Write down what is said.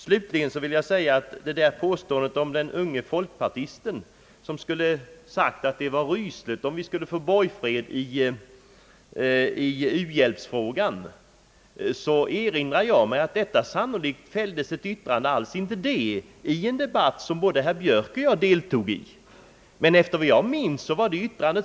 Slutligen vill jag säga att påståendet om den unge folkpartisten som skulle sagt att det vore rysligt om vi skulle få borgfred i u-hjälpsfrågan, såvitt jag minns är oriktigt. Jag erinrar mig att detta yttrande sannolikt fälldes — men inte i den formen som herr Björk återgivit det — i en debatt som både herr Björk och jag deltog i.